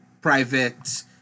private